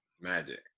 Magic